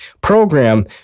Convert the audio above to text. program